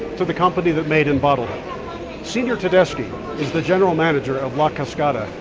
to the company that made and bottled it. senor tedesqui is the general manager of la cascada,